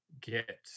get